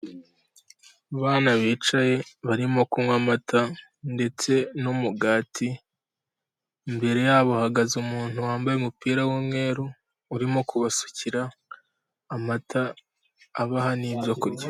Abana bicaye barimo kunywa amata ndetse n'umugati, imbere yabo hahagaze umuntu wambaye umupira w'umweru, urimo kubasukira amata abaha n'ibyo kurya.